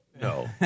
No